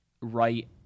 right